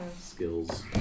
skills